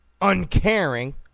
uncaring